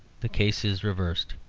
the case is reversed.